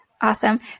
Awesome